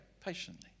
patiently